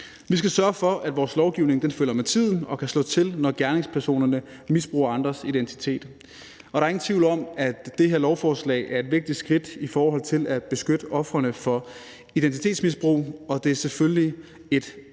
Vi skal sørge for, at vores lovgivning følger med tiden og kan slå til, når gerningspersonerne misbruger andres identitet. Og der er ingen tvivl om, at det her lovforslag er et vigtigt skridt i forhold til at beskytte ofrene for identitetsmisbrug, og det er selvfølgelig et lovforslag,